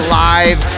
live